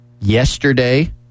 yesterday